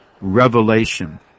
revelation